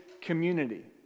community